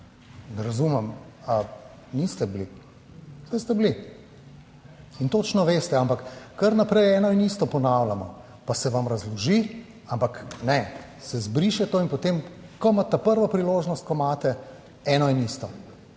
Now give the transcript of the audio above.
Ne razumem. Ali niste bili? Saj ste bili in točno veste, ampak kar naprej eno in isto ponavljamo, pa se vam razloži, ampak ne, se zbriše to. In potem, ko imate prvo priložnost, ko imate eno in isto,